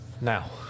Now